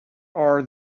are